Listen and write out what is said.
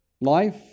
Life